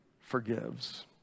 forgives